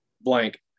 blank